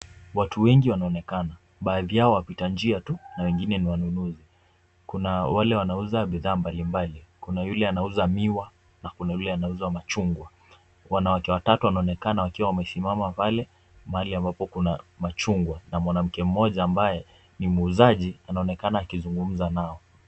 Watu wengi wana onekana. Baadhi yao wapita njia tu na wengine ni wanunuzi. Kuna wale wanaouza bidhaa mbalimbali, kuna yule anauza miwa, na kuna yule anauza machungwa. Wanawake watatu wanaonekana wakiwa wamesimama pale, mahali ambapo kuna machungwa na mwanamke mmoja ambaye ni muuzaji anaonekana aki zungumza nao.